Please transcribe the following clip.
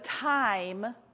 time